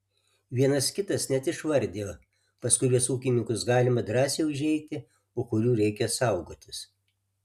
vienas kitas net išvardijo pas kuriuos ūkininkus galima drąsiai užeiti o kurių reikia saugotis